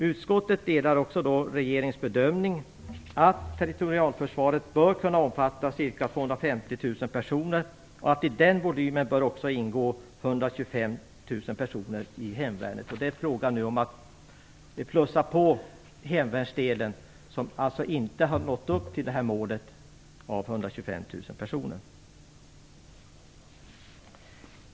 Utskottet delar regeringens bedömning att territorialförsvaret bör kunna omfatta ca 250 000 personer och att 125 000 personer i hemvärnet också bör ingå i den volymen. Det är nu fråga om att plussa på hemvärnsdelen, som alltså inte har nått upp till detta mål på 125 000 personer.